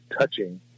touching